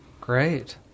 great